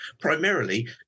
primarily